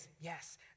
Yes